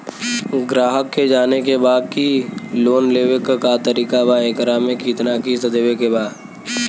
ग्राहक के जाने के बा की की लोन लेवे क का तरीका बा एकरा में कितना किस्त देवे के बा?